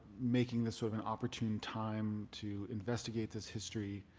making this sort of an opportune time to investigate this history.